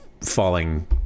falling